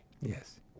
Yes